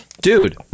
dude